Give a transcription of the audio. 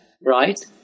right